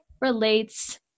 relates